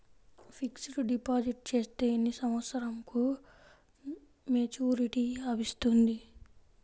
Fixed deposit చేస్తే ఎన్ని సంవత్సరంకు మెచూరిటీ లభిస్తుంది?